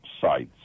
sites